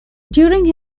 during